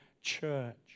church